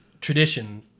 tradition